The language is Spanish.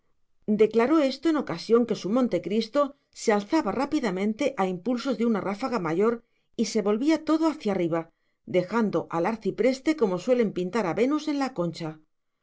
declaró esto en ocasión que su montecristo se alzaba rápidamente a impulsos de una ráfaga mayor y se volvía todo hacia arriba dejando al arcipreste como suelen pintar a venus en la concha